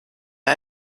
der